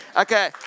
Okay